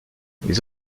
les